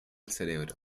cerebro